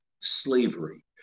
slavery